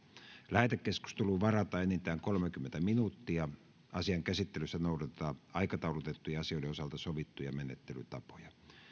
lähetekeskusteluun varataan enintään kolmekymmentä minuuttia asian käsittelyssä noudatetaan aikataulutettujen asioiden osalta sovittuja menettelytapoja